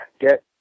get